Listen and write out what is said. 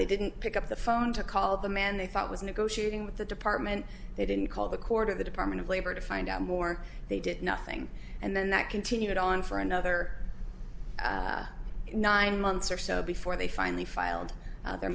they didn't pick up the phone to call the man they thought was negotiating with the department they didn't call the court of the department of labor to find out more they did nothing and then that continued on for another nine months or so before they finally filed the